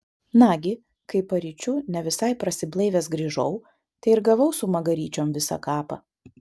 nagi kai paryčiu ne visai prasiblaivęs grįžau tai ir gavau su magaryčiom visą kapą